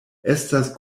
estas